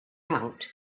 out